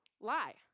lie